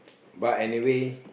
but anyway